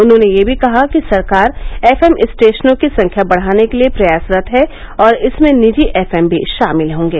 उन्होंने यह भी कहा कि सरकार एफएम स्टेशनों की संख्या बढ़ाने के लिए प्रयासरत है और इसमें निजी एफएम भी शामिल होंगे